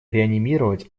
реанимировать